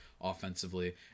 offensively